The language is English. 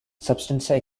substance